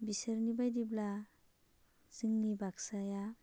बिसोरनि बायदिब्ला जोंनि बाक्साया